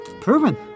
proven